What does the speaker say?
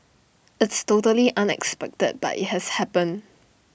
it's totally unexpected but IT has happened